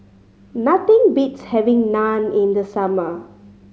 nothing beats having Naan in the summer